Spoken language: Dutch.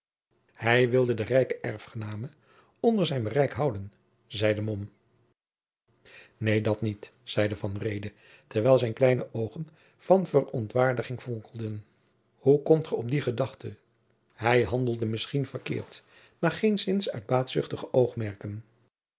hij wilde de rijke erfgename onder zijn bereik houden zeide mom neen dat niet zeide van reede terwijl zijne kleine oogen van verontwaardiging vonkelden hoe komt ge op die gedachte hij handelde misschien verkeerd maar geenszins uit baatzuchtige oogmerken